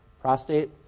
prostate